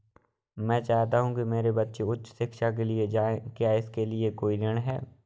मैं चाहता हूँ कि मेरे बच्चे उच्च शिक्षा के लिए जाएं क्या इसके लिए कोई ऋण है?